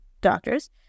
doctors